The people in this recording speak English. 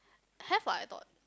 have what I thought